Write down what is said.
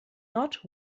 not